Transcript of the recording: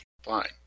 Fine